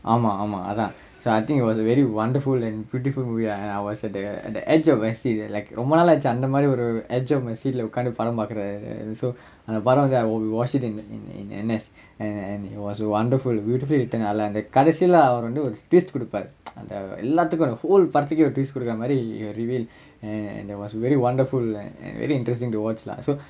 ஆமா ஆமா அதான்:aamaa aamaa athaan so I think it was a very wonderful and beautiful movie and I was at the at the edge of my seat like ரொம்ப நாளாச்சி அந்த மாறி ஒரு:romba naalaachi antha maari oru edge of my seat lah உக்காந்து படம் பாக்குற:ukkaanthu padam paakkura so அந்த படம்:antha padam we watched it in N_S and and it was wonderful beautiful it நல்லா அந்த கடைசில அவரு வந்து ஒரு:nallaa antha kadaisila avaru vanthu oru twist கொடுப்பார்:koduppaar அந்த எல்லாத்துக்கும் அந்த:antha ellaathukkum antha whole படத்துக்கே:padathukkae twist கொடுக்குற மாறி:kodukkura maari reveal and it was very wonderful and very interesting to watch lah so